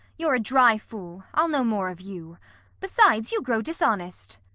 you're a dry fool i'll no more of you besides, you grow dishonest.